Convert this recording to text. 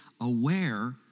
aware